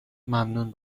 ممنون